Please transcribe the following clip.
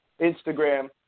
instagram